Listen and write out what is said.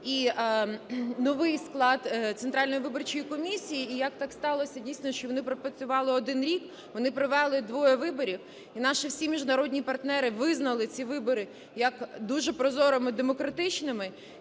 і новий склад Центральної виборчої комісії, і як так сталося, дійсно, що вони пропрацювали один рік, вони проведи двоє виборів, і наші всі міжнародні партнери визнали ці вибори як дуже прозорими і демократичними.